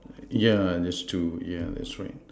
yeah there's two yeah that's right